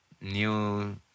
new